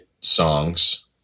songs